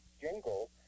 jingle